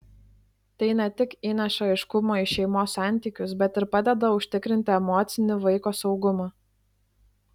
tai ne tik įneša aiškumo į šeimos santykius bet ir padeda užtikrinti emocinį vaiko saugumą